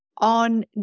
On